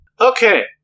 Okay